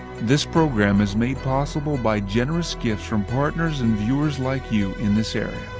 this program is made possible by generous gifts from partners and viewers like you in this area.